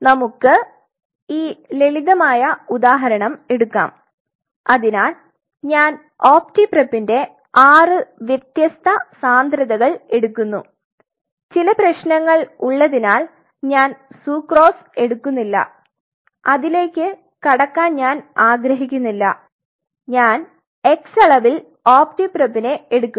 നമ്മുക് ഈ ലളിതമായ ഉദാഹരണം എടുക്കാം അതിനാൽ ഞാൻ ഒപ്റ്റി പ്രെപ്പ്ന്റെ 6 വ്യത്യസ്ത സാന്ദ്രതകൾ എടുക്കുന്നു ചില പ്രശ്നങ്ങൾ ഉള്ളതിനാൽ ഞാൻ സുക്രോസ് എടുക്കുന്നില്ല അതിലേക്ക് കടക്കാൻ ഞാൻ ആഗ്രഹിക്കുന്നില്ല ഞാൻ x അളവിൽ ഒപ്റ്റി പ്രിപ്പിനെ എടുക്കുന്നു